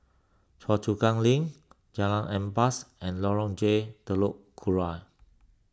Choa Chu Kang Link Jalan Ampas and Lorong J Telok Kurau